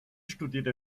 studierte